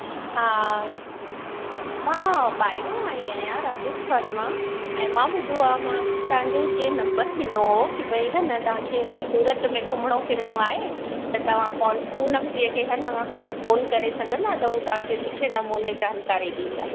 हा मां ॿाहिरों आई आहियां राजिस्थान मां ऐं मां ॿुधो आहे तव्हांजो कंहिं नम्बर ॾिनो हो की भई है न तव्हां खे अगर सूरत में घुमणो फिरणो आहे त तव्हां कॉन्टेक पूनम जी खे है न फोन करे छॾंदा त हू तव्हांखे जामु सुठे नमूने जानकारी ॾींदा